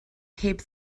heb